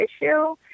issue